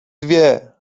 dwie